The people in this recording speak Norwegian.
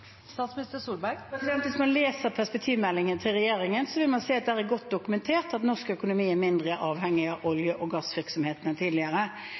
Hvis man leser perspektivmeldingen fra regjeringen, vil man se at det er godt dokumentert at norsk økonomi er mindre avhengig av olje- og gassvirksomhet enn tidligere.